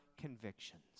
convictions